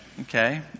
okay